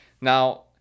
Now